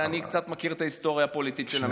אני קצת מכיר את ההיסטוריה הפוליטית של המדינה.